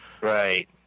Right